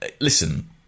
listen